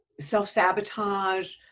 self-sabotage